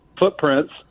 footprints